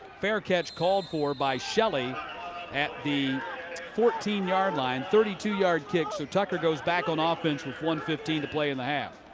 fair catch called for by shelly at the fourteen yard line. thirty two yard kick. so tucker goes back on ah offense with one fifteen to play in the half.